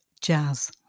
jazz